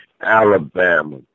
Alabama